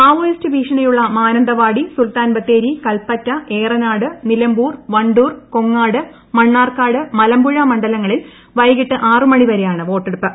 Maoist ഭീഷണിയുള്ള മാനന്തവാടി സുൽത്താൻ ബത്തേരി കൽപ്പറ്റ ഏറനാട് നിലമ്പൂർ വണ്ടൂർ കൊങ്ങാട് മണ്ണാർക്കാട് മലമ്പുഴ മണ്ഡലങ്ങളിൽ വൈകിട്ട് ആറുമണിവരെയാണ് വോട്ടെടുപ്പ്